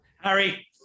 Harry